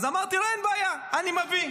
אז אמרתי: אין בעיה, אני מביא.